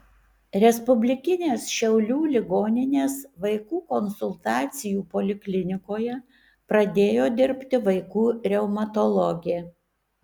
respublikinės šiaulių ligoninės vaikų konsultacijų poliklinikoje pradėjo dirbti vaikų reumatologė